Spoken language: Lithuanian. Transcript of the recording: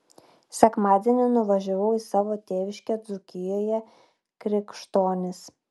sekmadienį nuvažiavau į savo tėviškę dzūkijoje krikštonis